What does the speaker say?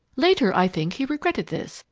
later, i think, he regretted this,